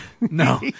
No